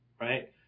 Right